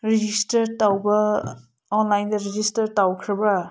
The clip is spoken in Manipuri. ꯔꯦꯖꯤꯁꯇꯔ ꯇꯧꯕ ꯑꯣꯟꯂꯥꯏꯟꯗ ꯔꯦꯖꯤꯁꯇꯔ ꯇꯧꯈ꯭ꯔꯕꯔꯥ